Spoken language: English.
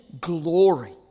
glory